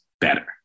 better